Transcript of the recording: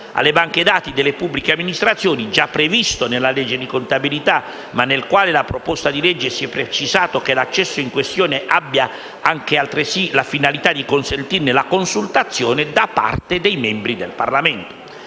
alle banche dati delle pubbliche amministrazioni, già previsto nella legge di contabilità, ma nell'articolo 1 della proposta di legge si è precisato che l'accesso in questione abbia anche altresì la finalità «di consentirne la consultazione da parte dei membri del Parlamento».